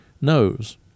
knows